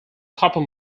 copper